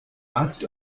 arzt